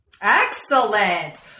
Excellent